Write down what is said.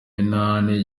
minani